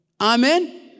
amen